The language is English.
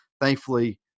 thankfully